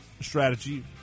strategy